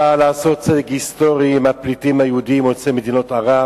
באה לעשות צדק היסטורי עם הפליטים היהודים יוצאי ארצות ערב